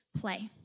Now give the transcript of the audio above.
play